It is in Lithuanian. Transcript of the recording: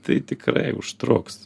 tai tikrai užtruks